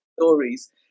stories